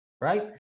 right